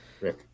Rick